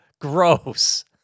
gross